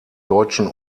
deutschen